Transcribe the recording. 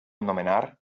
nomenar